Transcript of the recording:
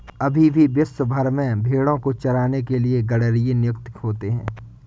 अभी भी विश्व भर में भेंड़ों को चराने के लिए गरेड़िए नियुक्त होते हैं